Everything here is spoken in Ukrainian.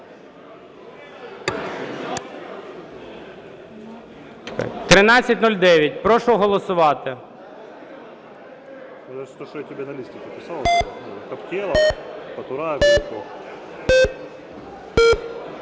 1309. Прошу голосувати.